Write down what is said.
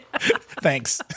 Thanks